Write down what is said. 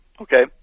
Okay